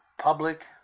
Public